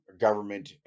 government